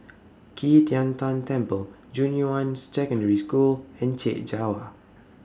Qi Tian Tan Temple Junyuan Secondary School and Chek Jawa